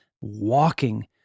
walking